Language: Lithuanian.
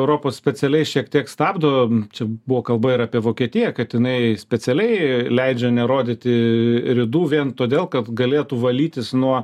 europos specialiai šiek tiek stabdo čia buvo kalba ir apie vokietiją kad jinai specialiai leidžia nerodyti ridų vien todėl kad galėtų valytis nuo